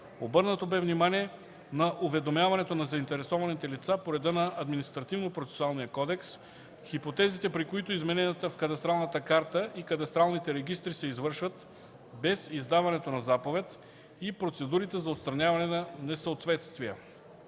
Обърнато бе внимание на уведомяването на заинтересуваните лица по реда на Административнопроцесуалния кодекс, хипотезите, при които измененията в Кадастралната карта и кадастралните регистри се извършват без издаването на заповед и процедурите за отстраняване на несъответствие.